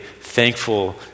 thankful